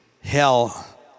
hell